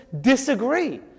disagree